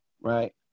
Right